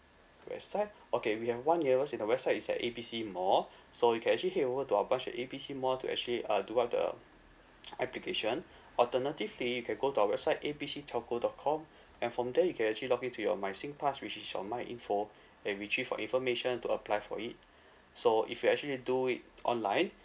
west side okay we have one nearest in the west side is at A B C mall so you can actually head over to our branch at A B C mall to actually uh do all the application alternatively you can go to our website A B C telco dot com and from there you can actually login to your my sing pass which in your my info and retrieve your information to apply for it so if you actually do it online